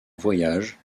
voyage